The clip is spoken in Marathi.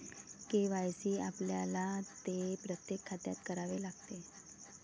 के.वाय.सी आपल्याला ते प्रत्येक खात्यात करावे लागते